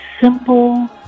simple